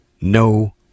no